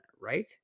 right